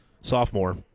Sophomore